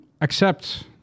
accept